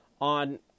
on